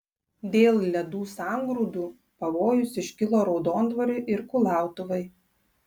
dėl ledų sangrūdų pavojus iškilo raudondvariui ir kulautuvai